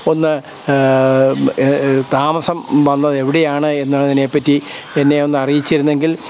ഒന്ന് താമസം വന്നത് എവിടെയാണ് എന്നതിനെ പറ്റി എന്നെയൊന്ന് അറിയിച്ചിരുന്നെങ്കിൽ